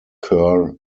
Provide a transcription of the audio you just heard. kerr